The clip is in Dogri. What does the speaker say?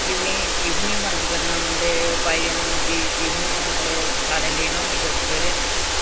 फ्ही उनें गी टिफन बन्द करना पौंदे पाई देने पौंदी टिफनै सारें लेना होंदी बडलै सवेरे रुट्टी